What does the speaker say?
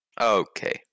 Okay